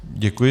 Děkuji.